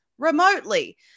Remotely